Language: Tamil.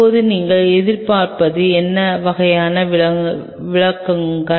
இப்போது நீங்கள் எதிர்பார்ப்பது என்ன வகையான விளக்குகள்